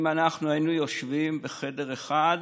אם אנחנו היינו יושבים בחדר אחד,